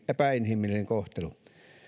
epäinhimillinen kohtelu